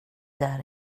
där